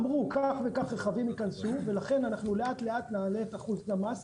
אמרו: כך וכך רכבים ייכנסו ולכן אנחנו לאט-לאט נעלה את אחוז מס הקנייה.